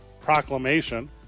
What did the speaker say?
proclamation